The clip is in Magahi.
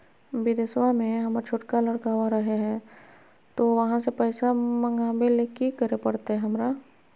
बिदेशवा में हमर छोटका लडकवा रहे हय तो वहाँ से पैसा मगाबे ले कि करे परते हमरा?